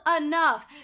enough